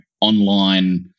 online